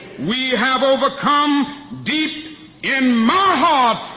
we have overcome! deep in my heart,